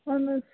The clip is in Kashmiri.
اَہَن حظ